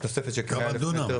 כמה דונם?